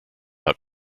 out